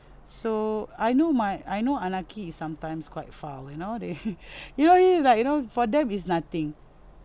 so I know my I know anaki is sometimes quite foul you know they you know it's like you know for them is nothing